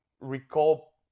recall